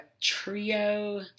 trio